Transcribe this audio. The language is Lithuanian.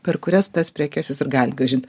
per kurias tas prekes jūs ir galit grąžint